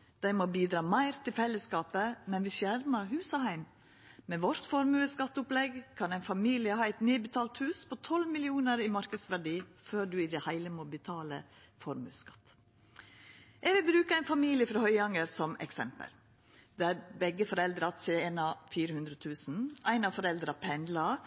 dei med store formuar; dei må bidra meir til fellesskapet, men vi skjermar hus og heim. Med vårt formuesskatteopplegg kan ein familie ha eit nedbetalt hus på 12 mill. kr i marknadsverdi før dei i det heile må betala formuesskatt. Eg vil bruka ein familie frå Høyanger som eksempel. Begge foreldra tener 400 000 kr, éin av dei pendlar